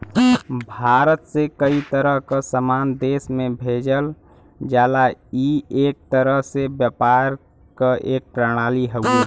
भारत से कई तरह क सामान देश में भेजल जाला ई एक तरह से व्यापार क एक प्रणाली हउवे